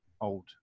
old